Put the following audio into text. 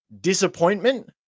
disappointment